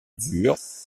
durs